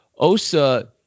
Osa